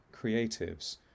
creatives